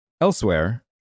Elsewhere